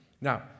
Now